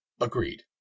Agreed